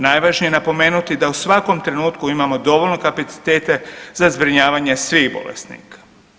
Najvažnije je napomenuti da u svakom trenutku imamo dovoljno kapacitete za zbrinjavanje svih bolesnika.